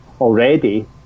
already